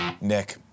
Nick